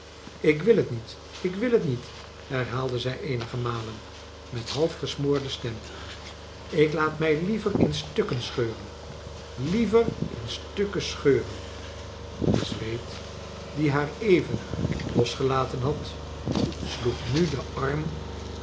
ik wil het niet ik wil het niet herhaalde zij eenige malen met half gesmoorde stem ik laat mij liever in stukken scheuren liever in stukken scheuren miss wade die haar even losgelaten had sloeg nu den arm